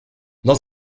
dans